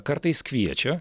kartais kviečia